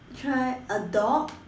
try a dog